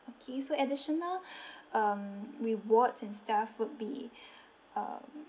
okay so additional um rewards and stuff would be err